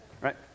Right